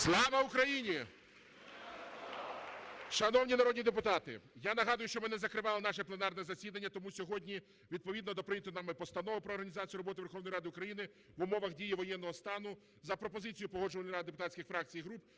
ГОЛОВУЮЧИЙ. Шановні народні депутати, я нагадую, що ми не закривали наше пленарне засідання. Тому сьогодні відповідно до прийнятої нами Постанови про організацію роботи Верховної Ради України в умовах дії воєнного стану за пропозицією Погоджувальної ради депутатських фракцій і груп